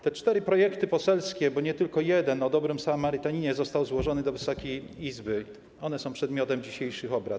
Te cztery projekty poselskie - bo nie tylko ten jeden, o dobrym samarytaninie, został złożony do Wysokiej Izby - są przedmiotem dzisiejszych obrad.